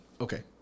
Okay